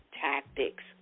tactics